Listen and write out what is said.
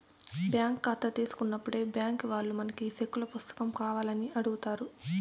bank కాతా తీసుకున్నప్పుడే బ్యాంకీ వాల్లు మనకి సెక్కుల పుస్తకం కావాల్నా అని అడుగుతారు